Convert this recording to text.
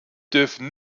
dürfen